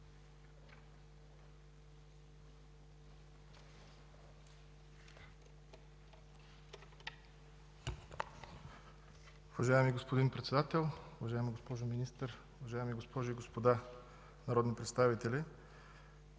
Уважаеми господин Председател, уважаема госпожо Министър, уважаеми дами и господа народни представители!